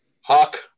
hawk